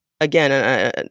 again